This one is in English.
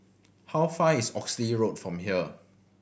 how far is Oxley Road from here